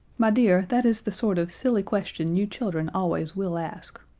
my dear, that is the sort of silly question you children always will ask.